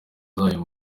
zanyu